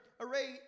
array